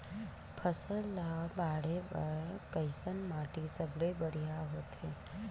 फसल ला बाढ़े बर कैसन माटी सबले बढ़िया होथे?